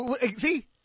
See